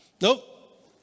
Nope